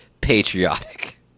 patriotic